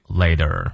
later